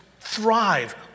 thrive